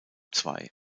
zwei